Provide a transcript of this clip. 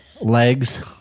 Legs